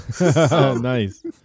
Nice